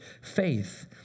faith